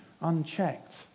unchecked